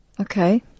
okay